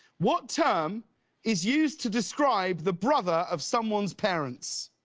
what term is used to describe the brother of someone's parents?